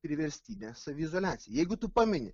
priverstinė saviizoliacija jeigu tu pameni